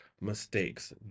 mistakes